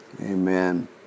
amen